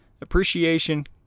Appreciation